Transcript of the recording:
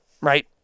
right